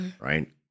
right